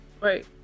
right